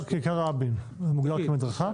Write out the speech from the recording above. כיכר רבין, זה מוגדר כמדרכה?